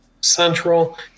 Central